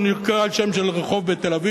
הוא נקרא על שם של רחוב בתל-אביב,